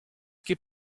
ket